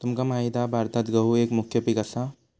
तुमका माहित हा भारतात गहु एक मुख्य पीक असा